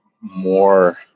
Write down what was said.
more